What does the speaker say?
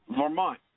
Vermont